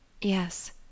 Yes